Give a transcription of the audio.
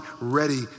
ready